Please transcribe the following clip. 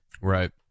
right